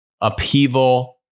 upheaval